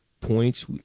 points